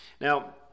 Now